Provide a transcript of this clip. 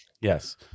Yes